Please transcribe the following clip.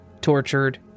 tortured